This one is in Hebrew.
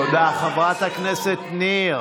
תודה, חברת הכנסת ניר.